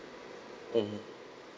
mm